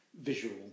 visual